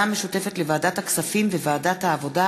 המשותפת לוועדת הכספים וועדת העבודה,